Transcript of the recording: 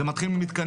זה מתחיל ממתקנים,